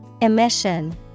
Emission